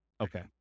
Okay